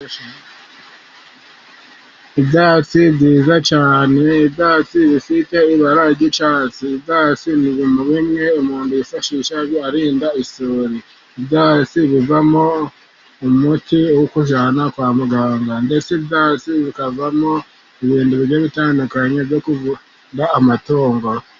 Ibyatsi byiza cyane, ibyatsi bifite ibara ry'icyatsi, ibyatsi biri muri bimwe umuntu yifashisha arinda isuri, ibyatsi bivamo umuti wo kujyana kwa muganga, ndetse bikavamo ibintu bigiye bitandukanye, byo kuvura amatongo.